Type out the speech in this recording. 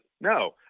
no